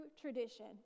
tradition